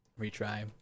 Retry